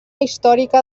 històrica